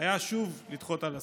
היה שוב לדחות על הסף,